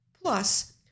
Plus